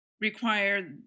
require